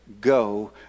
go